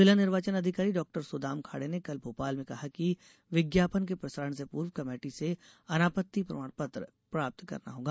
जिला निर्वाचन अधिकारी डॉक्टर सुदाम खाड़े ने कल भोपाल में कहा है कि विज्ञापन के प्रसारण से पूर्व कमेटी से अनापत्ति प्रमाण पत्र प्राप्त करना होगा